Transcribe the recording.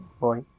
boy